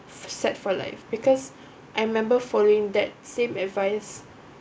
sad for life because I remember following that same advice